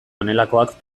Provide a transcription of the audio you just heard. honelakoak